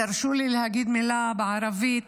תרשו לי להגיד מילה בערבית